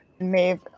Maeve